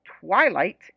twilight